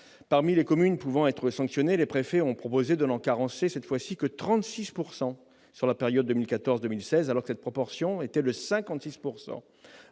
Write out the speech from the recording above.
Parmi les communes pouvant être sanctionnées, les préfets ont proposé de n'en carencer cette fois-ci que 36 % sur la période 2014-2016, alors que la proportion était de 56